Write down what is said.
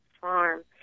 farm